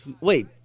Wait